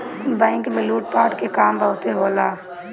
bank में लूट पाट के काम बहुते होला